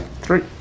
three